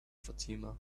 fatima